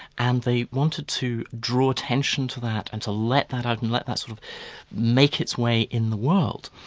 and they wanted to draw attention to that and to let that out and let that sort of make its way in the world.